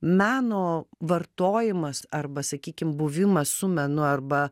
meno vartojimas arba sakykim buvimas su menu arba